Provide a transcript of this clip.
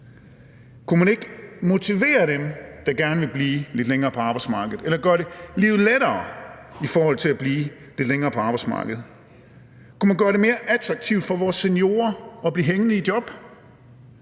Kunne man ikke motivere dem, der gerne vil blive lidt længere på arbejdsmarkedet? Eller gøre livet lettere i forhold til at blive lidt længere på arbejdsmarkedet? Kunne man gøre det mere attraktivt for vores seniorer at blive hængende i job?